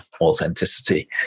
authenticity